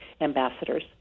ambassadors